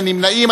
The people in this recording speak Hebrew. אין נמנעים.